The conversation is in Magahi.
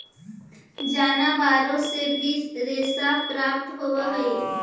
जनावारो से भी रेशा प्राप्त होवऽ हई